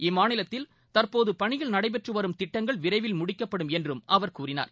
இம்மாநிலத்தில் தற்போது பணிகள் நடைபெற்று வரும் திட்டங்கள் விரைவில் முடிக்கப்படும் என்றும் அவர் கூறினார்